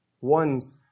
Ones